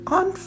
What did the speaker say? on